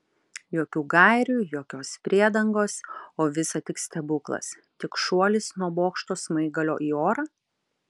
jokių gairių jokios priedangos o visa tik stebuklas tik šuolis nuo bokšto smaigalio į orą